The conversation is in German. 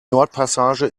nordpassage